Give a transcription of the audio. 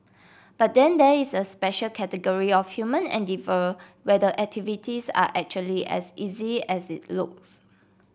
but then there is a special category of human endeavour where the activities are actually as easy as it looks